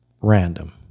random